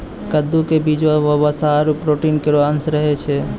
कद्दू क बीजो म वसा आरु प्रोटीन केरो अंश रहै छै